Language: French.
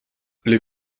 les